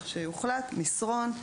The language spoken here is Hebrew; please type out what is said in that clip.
מה שיוחלט "מסרון,